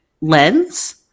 lens